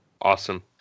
awesome